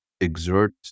exert